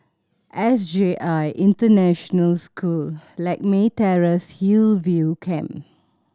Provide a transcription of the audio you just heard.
S J I International School Lakme Terrace Hillview Camp